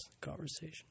conversation